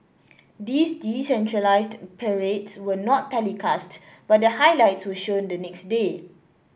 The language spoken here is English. these decentralised parades were not telecast but the highlights were shown the next day